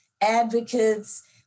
advocates